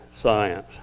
science